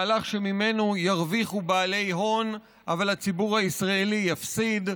מהלך שממנו ירוויחו בעלי הון אבל הציבור הישראלי יפסיד.